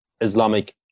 Islamic